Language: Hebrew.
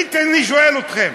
אני שואל אתכם.